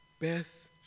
Beth